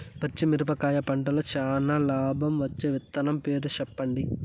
పచ్చిమిరపకాయ పంటలో చానా లాభం వచ్చే విత్తనం పేరు చెప్పండి?